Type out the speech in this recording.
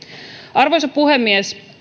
arvoisa puhemies